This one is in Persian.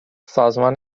سازمان